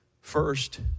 First